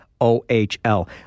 OHL